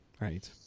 Right